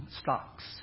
stocks